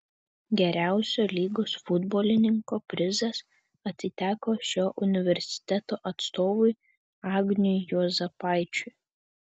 geriausio lygos futbolininko prizas atiteko šio universiteto atstovui agniui juozapaičiui